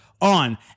on